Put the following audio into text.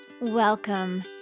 Welcome